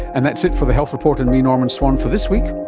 and that's it for the health report and me, norman swan for this week.